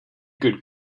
good